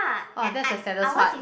oh that's the saddest part